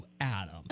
Adam